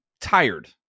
tired